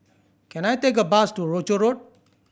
can I take a bus to Rochor Road